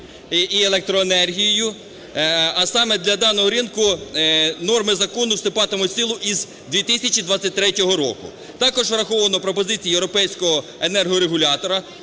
і електроенергією. А саме для даного ринку норми закону вступатимуть в силу із 2023 року. Також враховано пропозиції європейського енергорегулятора,